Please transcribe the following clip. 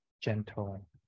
gentle